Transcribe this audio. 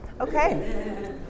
Okay